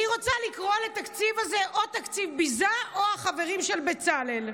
אני רוצה לקרוא לתקציב הזה "תקציב ביזה" או "החברים של בצלאל".